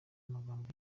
amagambo